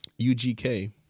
UGK